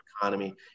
economy